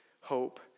hope